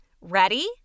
Ready